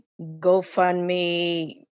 GoFundMe